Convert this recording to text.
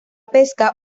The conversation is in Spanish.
pesca